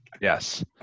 Yes